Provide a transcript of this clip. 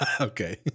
Okay